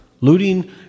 looting